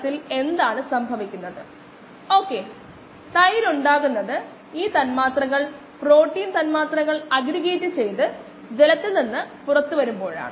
1 s ഉം 1 v യും ഇടയിൽ ഒരു ഗ്രാഫ് പ്ലോട്ട് ചെയ്യുകയാണെങ്കിൽ ഇവ നേരത്തെ പട്ടികയിൽ കണ്ട അതേ മൂല്യങ്ങളാണ്